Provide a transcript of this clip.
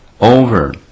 over